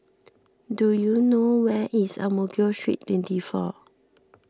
do you know where is Ang Mo Kio Street twenty four